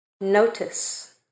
Notice